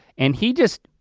and he just,